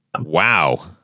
Wow